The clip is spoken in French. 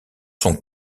sont